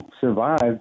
survived